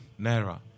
naira